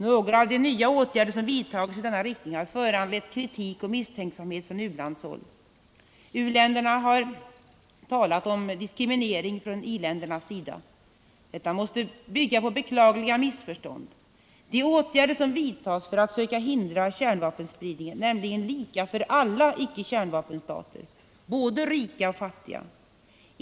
Några av de nya åtgärder som vidtagits i denna riktning har föranlett kritik och misstänksamhet från ulandshåll. U-länderna har talat om diskriminering från i-ländernas sida. Detta måste bygga på beklagliga missförstånd. De åtgärder som vidtas för att söka hindra kärnvapenspridning är nämligen lika för alla icke-kärnvapenstater, både rika och fattiga.